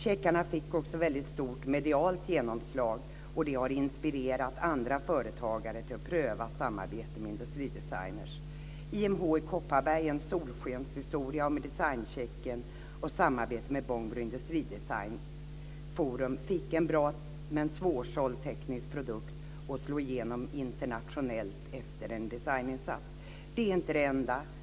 Checkarna fick också väldigt stort medialt genomslag, och det har inspirerat andra företagare att pröva samarbete med industridesigner. Historien om IMH i Kopparberg är en solskenshistoria om designchecken. Samarbete med Bergslagens industridesignforum fick en bra men svårsåld teknisk produkt att slå igenom internationellt efter en designinsats. Det är inte det enda.